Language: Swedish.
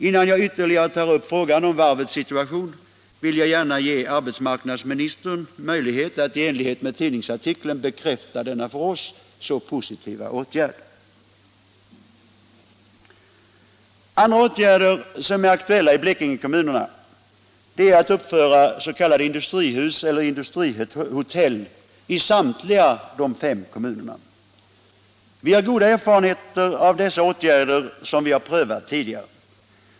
Innan jag ytterligare tar upp frågan om varvets situation, vill jag gärna ge arbetsmarknadsministern möjlighet att i enlighet med tidningsartikeln bekräfta denna för oss så positiva åtgärd. Andra åtgärder som är aktuella är uppförande av s.k. industrihus eller industrihotell i samtliga de fem kommunerna. Vi har goda erfarenheter av dessa åtgärder, som vi prövat tidigare.